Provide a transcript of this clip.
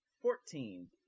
Fourteen